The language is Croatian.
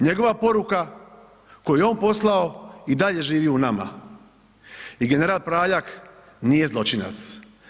Njegova poruka koju je on poslao i dalje živi u nama i general Praljak nije zločinac.